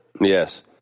yes